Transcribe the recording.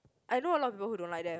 I know a lot of people who don't like them